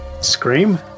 Scream